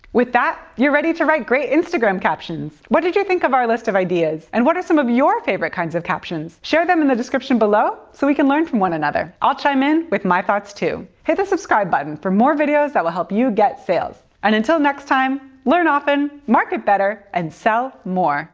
with that, you're ready to write great instagram captions! what did you think of our list of caption ideas? and what are some of your favorite kinds of captions? share them in the description below so we can learn from one another. i'll chime in with my thoughts too. hit the subscribe button for more videos that will help you get sales. and until next time, learn often, market better, and sell more.